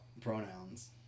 pronouns